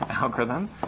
algorithm